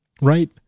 Right